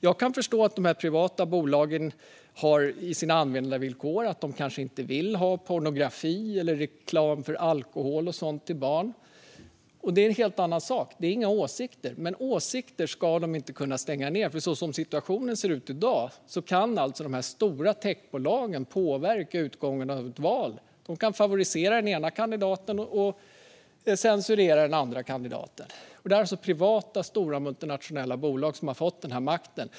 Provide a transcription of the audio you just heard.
Jag kan förstå att de privata bolagen har sina användarvillkor, där de säger att de inte vill ha till exempel pornografi, reklam för alkohol till barn och så vidare. Det är en helt annan sak, för det handlar inte om åsikter. Men åsikter ska man inte kunna stänga ute. Som situationen ser ut i dag kan de stora techbolagen påverka utgången av ett val. De kan favorisera den ena kandidaten och censurera den andra. Det är privata, stora multinationella bolag som har fått denna makt.